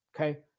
okay